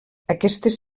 aquestes